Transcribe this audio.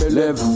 live